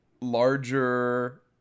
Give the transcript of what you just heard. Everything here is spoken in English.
larger